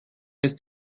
lässt